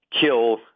kill